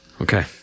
Okay